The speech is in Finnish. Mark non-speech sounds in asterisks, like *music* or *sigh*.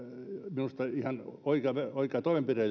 minusta ihan oikea oikea toimenpide *unintelligible*